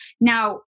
Now